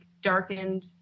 darkened